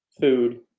food